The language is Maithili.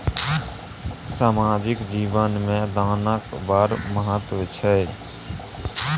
सामाजिक जीवन मे दानक बड़ महत्व छै